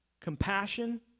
Compassion